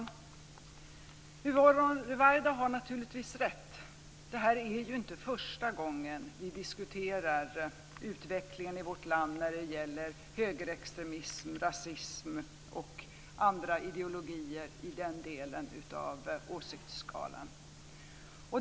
Fru talman! Yvonne Ruwaida har naturligtvis rätt. Detta är inte första gången vi diskuterar utvecklingen i vårt land när det gäller högerextremism, rasism och andra ideologier i den delen av åsiktsskalan.